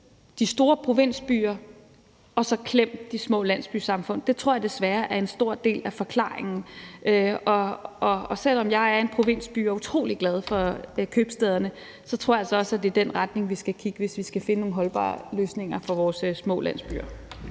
de store provinsbyer og klemt de små landsbysamfund. Det tror jeg desværre er en stor del af forklaringen. Selv om jeg er fra en provinsby og er utrolig glad for købstæderne, tror jeg altså også, det er den retning, vi skal kigge, hvis vi skal finde nogle holdbare løsninger for vores små landsbyer.